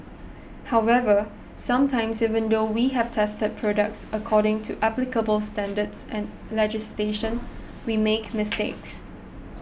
however sometimes even though we have tested products according to applicable standards and legislation we make mistakes